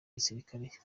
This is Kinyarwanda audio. gisirikare